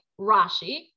Rashi